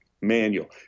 manual